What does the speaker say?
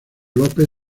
lópez